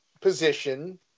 position